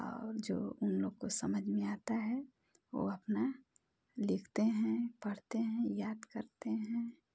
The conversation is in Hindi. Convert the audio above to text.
और जो उन लोगों को समझ में आता है वह अपना लिखते हैं पढ़ते हैं याद करते हैं